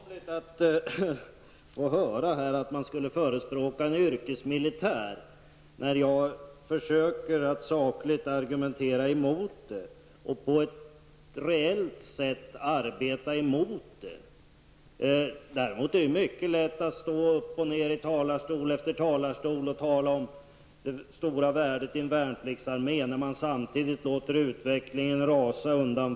Herr talman! Det känns litet egendomligt att få höra att man skulle förespråka en yrkesmilitär. Jag försöker att sakligt argumentera emot det och att arbeta emot det på ett reellt sätt. Däremot verkar det vara lätt att stå upp i talarstol efter talarstol och tala om det stora värdet av en värnpliktsarmé när man samtidigt låter utvecklingen rusa undan.